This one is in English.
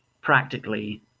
practically